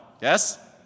Yes